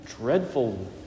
dreadful